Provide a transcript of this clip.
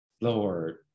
Lord